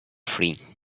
free